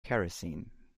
kerosene